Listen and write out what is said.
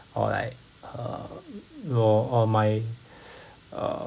or like uh or or my uh